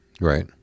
Right